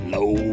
Low